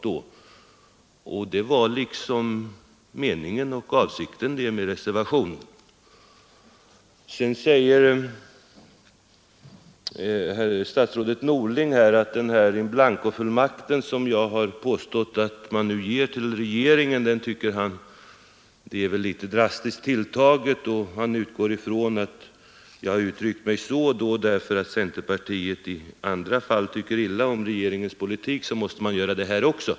Det var liksom avsikten med reservationen. Statsrådet Norling tycker att in blanco-fullmakten, som jag har påstått att man ger till regeringen, är ett drastiskt tilltaget uttryck. Han utgår från att jag uttryckt mig så därför att centerpartiet i andra fall tycker illa om regeringens politik och då måste man göra det här också.